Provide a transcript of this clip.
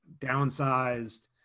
downsized